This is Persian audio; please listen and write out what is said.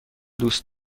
دوست